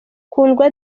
kundwa